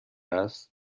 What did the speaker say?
است